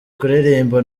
kuririmba